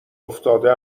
افتاده